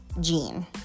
Gene